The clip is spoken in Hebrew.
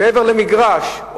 מעבר למגרש,